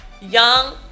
young